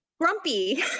Grumpy